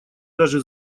даже